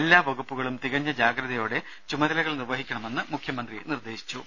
എല്ലാ വകുപ്പുകളും തികഞ്ഞ ജാഗ്രതയോടെ ചുമതലകൾ നിർവഹിക്കണമെന്ന് മുഖ്യമന്ത്രി നിർദ്ദേശിച്ചു